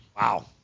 Wow